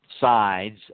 sides